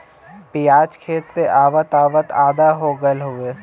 पियाज खेत से आवत आवत आधा हो गयल हउवे